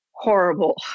horrible